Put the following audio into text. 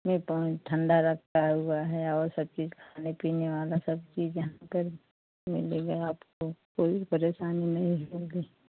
में पानी ठण्डा रखा हुआ है और सब चीज़ खाने पीने वाली सब चीज़ यहाँ पर मिलेगी आपको कोई भी परेशानी नहीं होगी